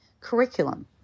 curriculum